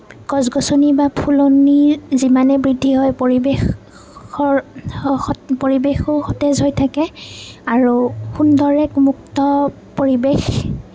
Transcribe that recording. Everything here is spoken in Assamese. গছ গছনি বা ফুলনি যিমানেই বৃদ্ধি হয় পৰিৱেশৰ পৰিৱেশো সতেজ হৈ থাকে আৰু সুন্দৰ এক মুক্ত পৰিৱেশ